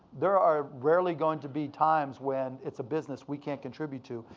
there are rarely going to be times when it's a business we can't contribute to.